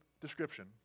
description